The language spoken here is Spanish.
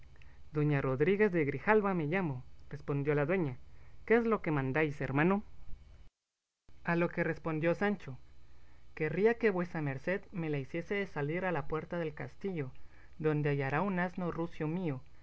doña rodríguez de grijalba me llamo respondió la dueña qué es lo que mandáis hermano a lo que respondió sancho querría que vuesa merced me la hiciese de salir a la puerta del castillo donde hallará un asno rucio mío